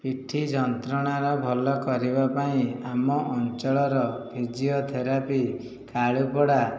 ପିଠି ଯନ୍ତ୍ରଣାର ଭଲ କରିବା ପାଇଁ ଆମ ଅଞ୍ଚଳର ଫିଜିଓଥେରାପି କାଳୁପଡ଼ା